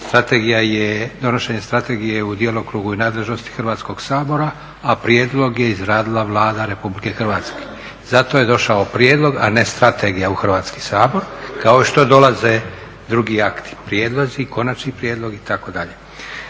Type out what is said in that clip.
sabora. Donošenje strategije je u djelokrugu i nadležnosti Hrvatskog sabora, a prijedlog je izradila Vlada Republike Hrvatske. Zato je došao prijedlog, a ne strategija u Hrvatski sabor kao što dolaze drugi akti, prijedlozi, konačni prijedlozi itd. Vaše